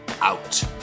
out